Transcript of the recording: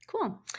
Cool